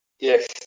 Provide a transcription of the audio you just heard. Yes